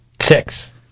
Six